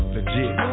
Legit